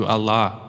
Allah